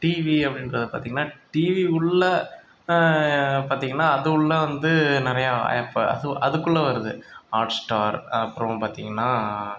TV அப்படின்றத பார்த்தீங்கனா TV உள்ளே பார்த்தீங்கனா அது உள்ளே வந்து நிறைய ஆப் அது அதுக்குள்ளே வருது ஹாட்ஸ்டார் அப்புறோம் பார்த்தீங்கனா